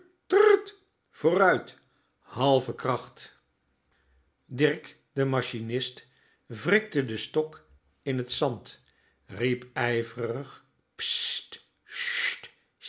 trrrrrrr vooruit halve kracht dirk de machinist wrikte den stok in t zand riep ijvrig